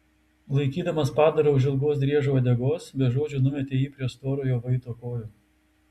laikydamas padarą už ilgos driežo uodegos be žodžių numetė jį prie storojo vaito kojų